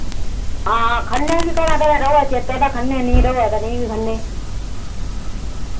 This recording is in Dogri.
आं खन्ने आं ते कदें कदें रवै चेत्ता खन्नै ते नेईं रवै ते निं खन्नै